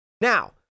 now